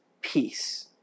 peace